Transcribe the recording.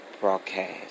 broadcast